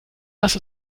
lass